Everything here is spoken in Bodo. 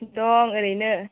दं ओरैनो